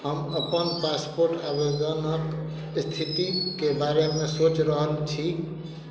हम अपन पासपोर्ट आवेदनक स्थितिके बारेमे सोचि रहल छी